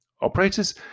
Operators